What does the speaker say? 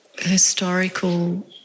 historical